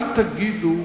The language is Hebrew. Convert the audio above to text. אל תגידו: